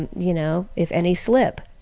and you know, if any slip,